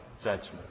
judgment